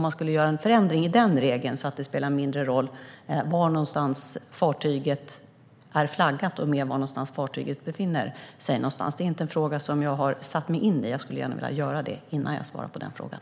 Att göra en förändring i den regeln, så att det spelar mindre roll var fartyget är flaggat och mer var fartyget befinner sig, är inte en fråga som jag har satt mig in i. Jag skulle gärna vilja göra det innan jag svarar på den frågan.